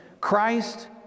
Christ